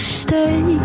stay